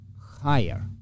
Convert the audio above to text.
higher